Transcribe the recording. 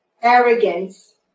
arrogance